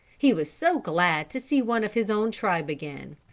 he was so glad to see one of his own tribe again.